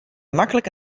maklik